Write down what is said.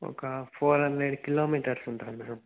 ఒక four hundred kilometres ఉంటుంది madam